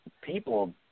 people